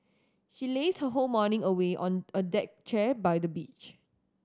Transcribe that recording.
she lazed whole morning away on a deck chair by the beach